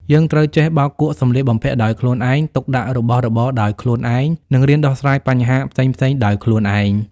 យើងត្រូវចេះបោកគក់សំលៀកបំពាក់ដោយខ្លួនឯង ទុកដាក់របស់របរដោយខ្លួនឯង និងរៀនដោះស្រាយបញ្ហាផ្សេងៗដោយខ្លួនឯង។